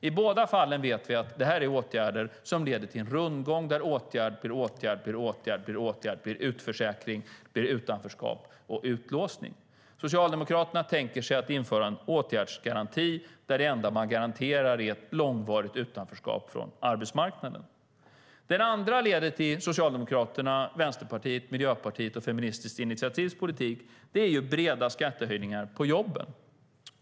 I båda fallen vet vi att det är åtgärder som leder till en rundgång där åtgärd blir åtgärd blir åtgärd blir utförsäkring blir utanförskap och fastlåsning. Socialdemokraterna tänker sig att införa en åtgärdsgaranti där det enda man garanterar är ett långvarigt utanförskap från arbetsmarknaden. Det andra ledet i Socialdemokraternas, Vänsterpartiets, Miljöpartiets och Feministiskt initiativs politik är breda skattehöjningar på jobben.